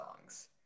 songs